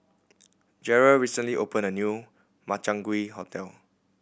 Jerrel recently opened a new Makchang Gui restaurant